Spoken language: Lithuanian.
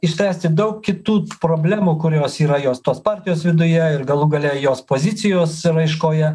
išspręsti daug kitų problemų kurios yra jos tos partijos viduje ir galų gale jos pozicijos raiškoje